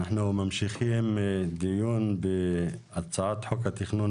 אנחנו ממשיכים דיון בהצעת חוק התכנון